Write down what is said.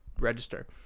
register